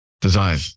Design